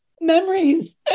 memories